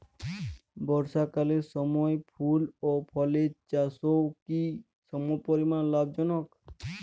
বর্ষাকালের সময় ফুল ও ফলের চাষও কি সমপরিমাণ লাভজনক?